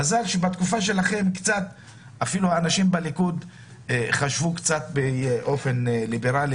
מזה שבתקופה שלהם אפילו האנשים בליכוד חשבו קצת באופן ליברלי